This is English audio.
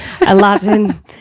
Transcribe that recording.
Aladdin